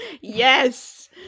Yes